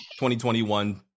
2021